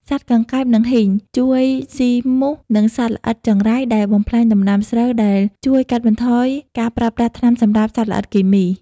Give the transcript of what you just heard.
សត្វកង្កែប និងហ៊ីង ជួយស៊ីមូស និងសត្វល្អិតចង្រៃដែលបំផ្លាញដំណាំស្រូវ ដែលជួយកាត់បន្ថយការប្រើប្រាស់ថ្នាំសម្លាប់សត្វល្អិតគីមី។